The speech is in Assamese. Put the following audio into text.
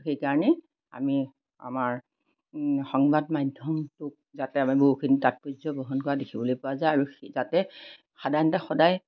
সেইকাৰণেই আমি আমাৰ সংবাদ মাধ্যমটোক যাতে আমি বহুখিনি তাৎপৰ্য্য় বহন কৰা দেখিবলৈ পোৱা যায় আৰু সেই যাতে সাধাৰণতে সদায়